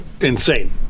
insane